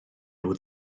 nhw